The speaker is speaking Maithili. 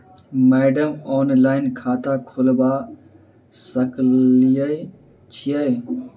मैडम ऑनलाइन खाता खोलबा सकलिये छीयै?